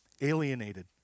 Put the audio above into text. alienated